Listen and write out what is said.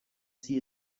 see